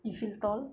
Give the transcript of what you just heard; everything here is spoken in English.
you feel tall